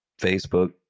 Facebook